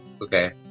Okay